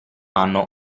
anno